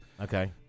Okay